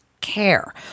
care